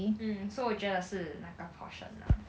mm so 我觉得是那个 portion lah